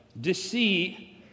deceit